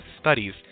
Studies